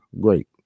Great